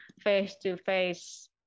face-to-face